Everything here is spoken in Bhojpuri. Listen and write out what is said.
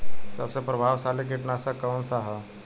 सबसे प्रभावशाली कीटनाशक कउन सा ह?